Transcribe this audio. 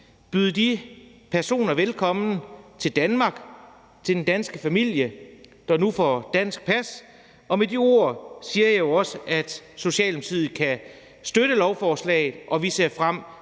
byde de personer velkommen til Danmark og til den danske familie. De får nu dansk pas, og med de ord siger jeg jo også, at Socialdemokratiet kan støtte lovforslaget. Vi ser frem